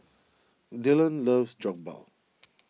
Dylon loves Jokbal